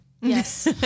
Yes